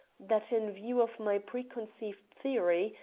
that, in view of my preconceived theory,